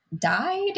died